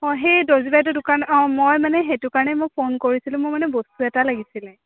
অঁ সেই দৰ্জী বাইদেউৰ দোকানৰ অঁ মই মানে সেইটো কাৰণে মই ফোন কৰিছিলোঁ মই মানে বস্তু এটা লাগিছিল